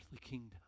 kingdom